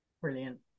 Brilliant